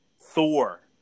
Thor